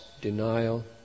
denial